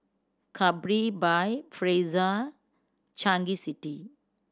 Capri by Fraser Changi City